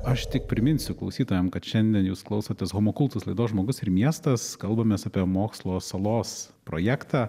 aš tik priminsiu klausytojam kad šiandien jūs klausotės homo kultus laidos žmogus ir miestas kalbamės apie mokslo salos projektą